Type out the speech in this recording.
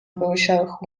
wyłysiałych